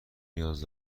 نیاز